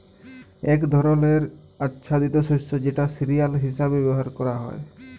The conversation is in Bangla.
এক ধরলের আচ্ছাদিত শস্য যেটা সিরিয়াল হিসেবে ব্যবহার ক্যরা হ্যয়